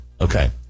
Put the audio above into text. Okay